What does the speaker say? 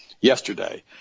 Yesterday